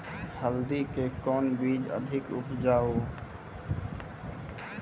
हल्दी के कौन बीज अधिक उपजाऊ?